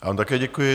Já vám také děkuji.